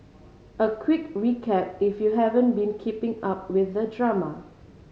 a quick recap if you haven't been keeping up with the drama